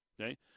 okay